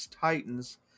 Titans